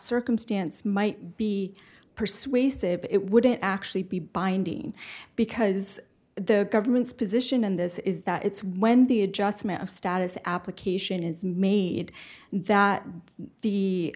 circumstance might be persuasive it wouldn't actually be binding because the government's position in this is that it's when the adjustment of status application is made that the